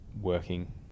working